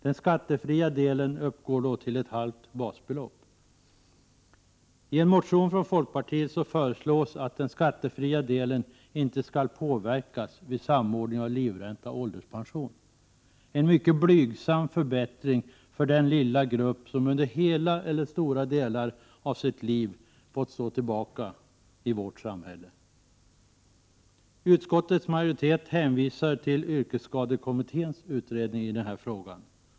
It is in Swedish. Den skattefria delen uppgår då till ett halvt basbelopp. I en motion från folkpartiet föreslås att den skattefria delen inte skall påverkas vid samordningen av livränta och ålderspension. Det är en mycket blygsam förbättring för den lilla grupp som under hela eller stora delar av sitt liv fått stå tillbaka i vårt samhälle. Utskottets majoritet hänvisar till yrkesskadekommitténs utredning i frågan.